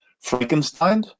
Frankenstein